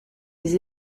les